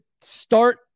start